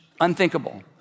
unthinkable